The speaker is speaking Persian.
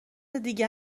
دیگه